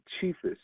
chiefest